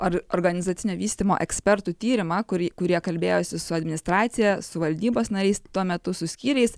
ar organizacinio vystymo ekspertų tyrimą kurį kurie kalbėjosi su administracija su valdybos nariais tuo metu su skyriais